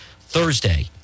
Thursday